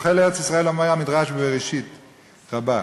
זוכה לארץ-ישראל, אומר המדרש בראשית רבה.